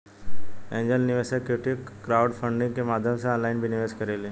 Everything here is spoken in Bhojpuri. एंजेल निवेशक इक्विटी क्राउडफंडिंग के माध्यम से ऑनलाइन भी निवेश करेले